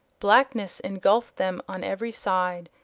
blackness engulfed them on every side,